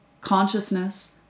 consciousness